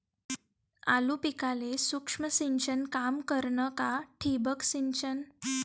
आलू पिकाले सूक्ष्म सिंचन काम करन का ठिबक सिंचन?